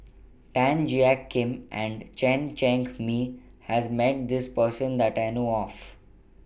Tan Jiak Kim and Chen Cheng Mei has Met This Person that I know of